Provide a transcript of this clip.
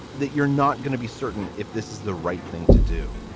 that you're not gonna be certain if this is the right thing to do